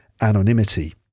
anonymity